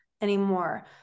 anymore